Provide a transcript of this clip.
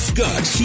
Scott